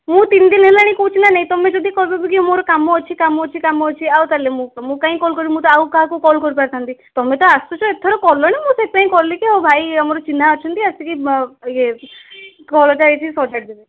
ମୁଁ ତିନି ଦିନ ହେଲାଣି କହୁଛି ନା ନାହିଁ ତୁମେ ଯଦି କହିବ ବୋଲି ମୋର କାମ ଅଛି କାମ ଅଛି କାମ ଅଛି ଆଉ ତା'ହେଲେ ମୁଁ ମୁଁ କାହିଁ କଲ୍ କରିବି ମୁଁ ତ ଆଉ କାହାକୁ କଲ୍ କରିପାରିଥାନ୍ତି ତୁମେ ତ ଆସୁଛ ଏତେ ଥର କଲଣି ମୁଁ ସେଥିପାଇଁ କଲିକି ଭାଇ ଆମର ଚିହ୍ନା ଅଛନ୍ତି ଇଏ କଳଟା ଏଇଠି ସଜାଡ଼ି ଦେବେ